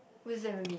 what's that even mean